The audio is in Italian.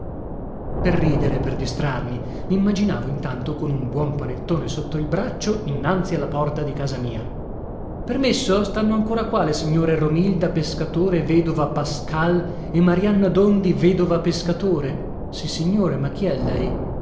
per ridere per distrarmi mimmaginavo intanto con un buon panettone sotto il braccio innanzi alla porta di casa mia permesso stanno ancora qua le signore romilda pescatore vedova pascal e marianna dondi vedova pescatore sissignore ma chi è lei